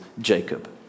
Jacob